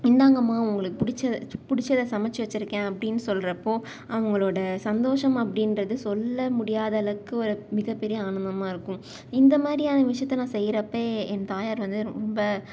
இந்தாங்கம்மா உங்களுக்கு பிடிச்சத பிடிச்சத சமைத்து வச்சுருக்கேன் அப்படினு சொல்கிறப்போ அவர்களோட சந்தோஷம் அப்படின்றது சொல்ல முடியாதளவுக்கு ஒரு மிகப்பெரிய ஆனந்தமாக இருக்கும் இந்த மாதிரியான விஷயத்த நான் செய்கிறப்ப என் தாயார் வந்து ரொம்ப